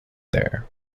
there